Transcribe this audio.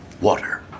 water